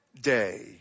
day